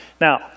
Now